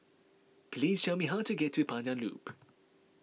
please tell me how to get to Pandan Loop